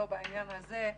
לא בעניין הזה.